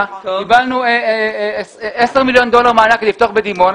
וקיבלנו 10 מיליון דולר מענק לפתוח בדימונה,